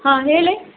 ಹಾಂ ಹೇಳಿ